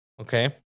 Okay